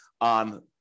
on